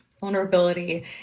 vulnerability